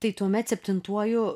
tai tuomet septintuoju